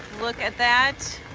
look at that.